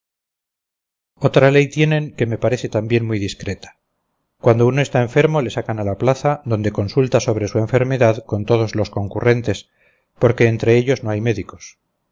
otra ley tienen que me parece también muy discreta cuando uno está enfermo le sacan a la plaza donde consulta sobre su enfermedad con todos los concurrentes porque entre ellos no hay médicos